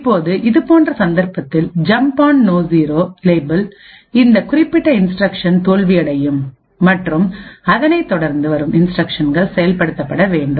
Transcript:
இப்போது இதுபோன்ற சந்தர்ப்பத்தில் ஜம்ப் ஆண் நோ0 லேபிள் இந்த குறிப்பிட்ட இன்ஸ்டிரக்ஷன் தோல்வியடையும் மற்றும் அதனை தொடர்ந்து வரும் இன்ஸ்டிரக்ஷன்கள் செயல்படுத்தப்பட வேண்டும்